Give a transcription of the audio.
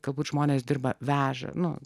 galbūt žmonės dirba veža nu